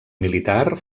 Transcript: militar